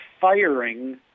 firing